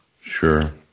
Sure